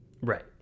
Right